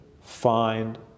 find